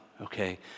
okay